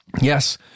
Yes